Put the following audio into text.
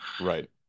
Right